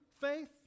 faith